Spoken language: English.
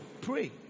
Pray